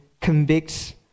convicts